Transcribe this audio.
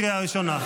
קריאה ראשונה.